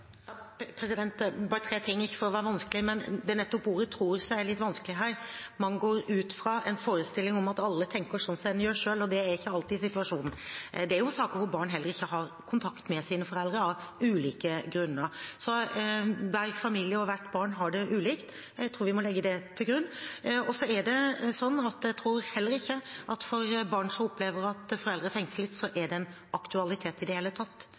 Bare tre ting – ikke for å være vanskelig. Det er nettopp ordet «tro» som er litt vanskelig her. Man går ut fra en forestilling om at alle tenker som en gjør selv, og det er ikke alltid situasjonen. Det er jo saker hvor barn heller ikke har kontakt med sine foreldre, av ulike grunner. Hver familie og hvert barn har det ulikt. Jeg tror vi må legge det til grunn. Så tror jeg at heller ikke for barn som opplever at foreldre er fengslet, er det en aktualitet i det hele tatt